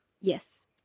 Yes